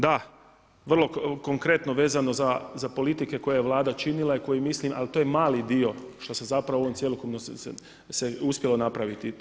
Da, vrlo konkretno vezano za politike koje je Vlada činila i koje mislim ali to je mali dio što se zapravo u ovom cjelokupnom se uspjelo napraviti.